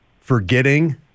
forgetting